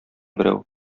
берәү